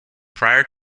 prior